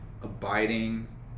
abiding